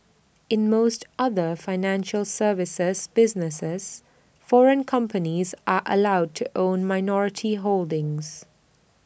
in most other financial services businesses foreign companies are allowed to own minority holdings